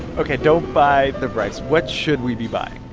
ok, don't buy the rice. what should we be buying?